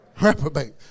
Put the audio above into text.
Reprobate